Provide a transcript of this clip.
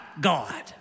God